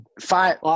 Five